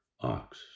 ox